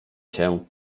się